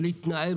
אני לא אמוציונלי.